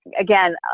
Again